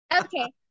Okay